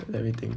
let me think